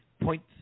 point